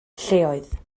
lleoedd